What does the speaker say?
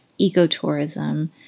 ecotourism